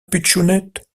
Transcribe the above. pitchounette